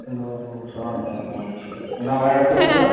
hello سَلامُ علیکُم جِناب اَیاز صٲب چھِوا